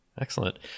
Excellent